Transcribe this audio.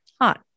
Hot